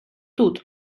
тут